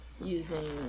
using